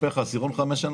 לעשירון 5 ו-6 אין